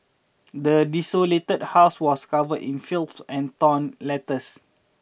the desolated house was covered in filth and torn letters